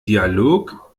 dialog